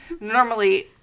normally